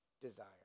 desire